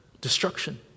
destruction